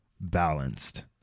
balanced